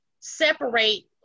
separate